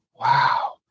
wow